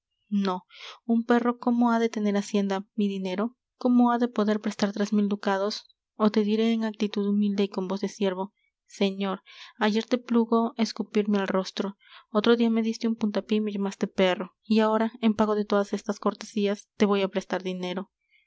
no un perro cómo ha de tener hacienda ni dinero cómo ha de poder prestar tres mil ducados ó te diré en actitud humilde y con voz de siervo señor ayer te plugo escupirme al rostro otro dia me diste un puntapié y me llamaste perro y ahora en pago de todas estas cortesías te voy á prestar dinero